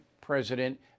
president